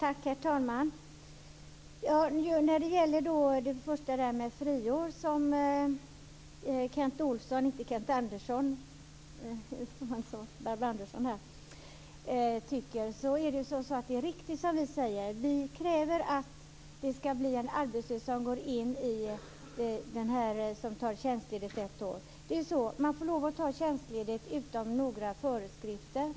Herr talman! När det gäller friåret som Kent Olsson - inte Kent Andersson, även om han kallade mig Barbro Andersson nyss - tog upp är det riktigt som han trodde: Vi kräver att det skall bli en arbetslös som går in på tjänsten i stället för den person som tar tjänstledigt ett år. Det är så. Man får lov att ta tjänstledigt utan några föreskrifter.